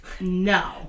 No